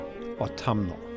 autumnal